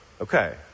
Okay